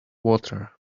water